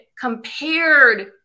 compared